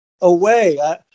away